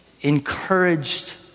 encouraged